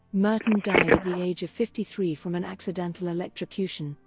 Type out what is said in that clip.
merton died at the age of fifty three from an accidental electrocution,